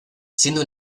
siendo